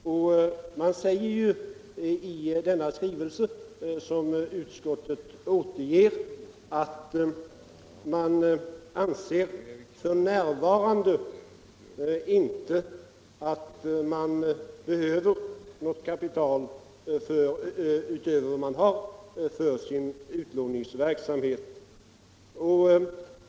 Bolaget säger i denna skrivelse, vilket utskottet återger, att det f. n. inte behövs något kapital utöver vad som finns för utlåningsverksamheten.